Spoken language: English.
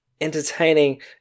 entertaining